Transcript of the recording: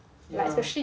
like especially